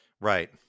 Right